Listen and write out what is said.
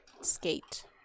Skate